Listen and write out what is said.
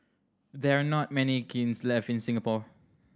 there are not many kilns left in Singapore